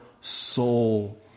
soul